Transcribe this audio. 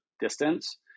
distance